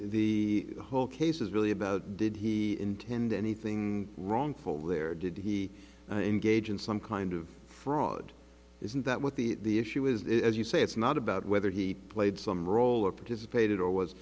whole case is really about did he intend anything wrong for their did he engaged in some kind of fraud isn't that what the issue is as you say it's not about whether he played some role or participated or was